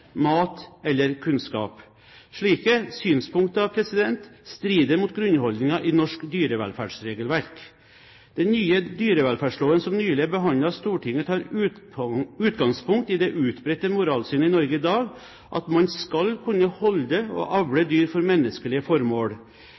mat eller kunnskap. Slike synspunkter strider mot grunnholdningen i norsk dyrevelferdsregelverk. Den nye dyrevelferdsloven som nylig er behandlet av Stortinget, tar utgangspunkt i det utbredte moralsynet i Norge i dag, at man skal kunne holde og avle dyr for menneskelige formål.